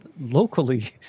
locally